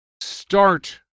start